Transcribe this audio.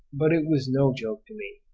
but it was no joke to me,